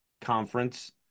conference